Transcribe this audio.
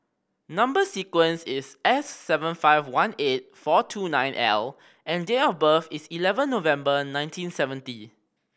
number sequence is S seven five one eight four two nine L and date of birth is eleven November nineteen seventy